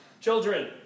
children